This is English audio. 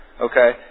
Okay